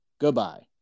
Goodbye